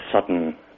sudden